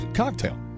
cocktail